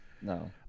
No